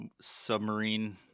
submarine